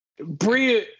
Bria